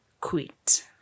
quit